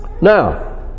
Now